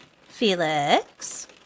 Felix